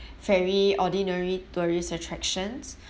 very ordinary tourist attractions